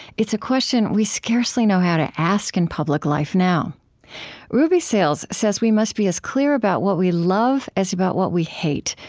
it's a question we scarcely know how to ask in public life now ruby sales says we must be as clear about what we love as about what we hate,